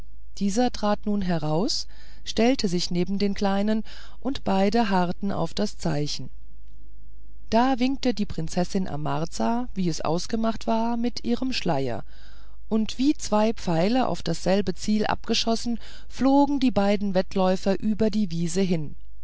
dieser trat nun heraus stellte sich neben den kleinen und beide harrten auf das zeichen da winkte die prinzessin amarza wie es ausgemacht war mit ihrem schleier und wie zwei pfeile auf dasselbe ziel abgeschossen flogen die beiden wettläufer über die wiese hin